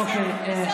אוקיי.